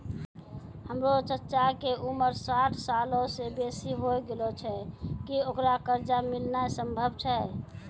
हमरो चच्चा के उमर साठ सालो से बेसी होय गेलो छै, कि ओकरा कर्जा मिलनाय सम्भव छै?